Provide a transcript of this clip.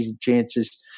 chances